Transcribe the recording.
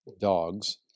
dogs